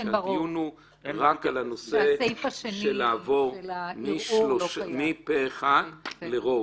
שהדיון הוא רק על הנושא של לעבור מפה-אחד לרוב.